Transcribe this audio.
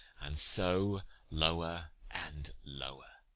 and so lower and lower.